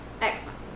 Excellent